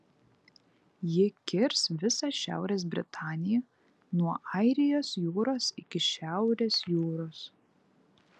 ji kirs visą šiaurės britaniją nuo airijos jūros iki šiaurės jūros